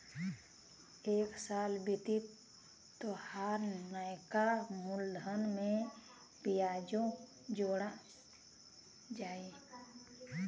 एक साल बीती तोहार नैका मूलधन में बियाजो जोड़ा जाई